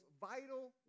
vital